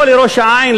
לא לראש-העין,